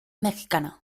mexicana